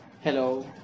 Hello